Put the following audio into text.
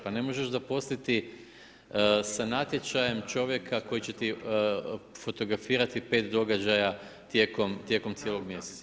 Pa ne možeš zaposliti sa natječajem čovjeka koji će ti fotografirati pet događaja tijekom cijelog mjeseca.